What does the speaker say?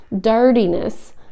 dirtiness